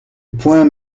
poing